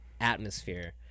Atmosphere